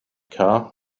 car